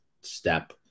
step